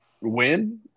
win